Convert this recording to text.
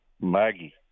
Maggie